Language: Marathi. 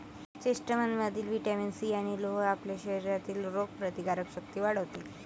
चेस्टनटमधील व्हिटॅमिन सी आणि लोह आपल्या शरीरातील रोगप्रतिकारक शक्ती वाढवते